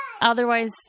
Otherwise